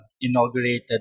inaugurated